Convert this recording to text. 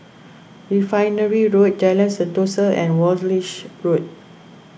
Refinery Road Jalan Sentosa and Walshe Road